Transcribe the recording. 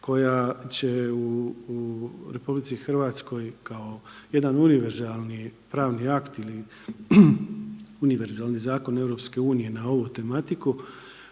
koja će u RH kao jedan univerzalni pravni akt ili univerzalni zakon EU na ovu tematiku